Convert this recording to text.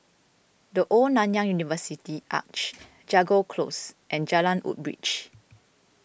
the Old Nanyang University Arch Jago Close and Jalan Woodbridge